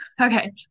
okay